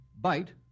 Bite